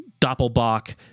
Doppelbach